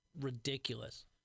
ridiculous